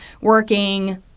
working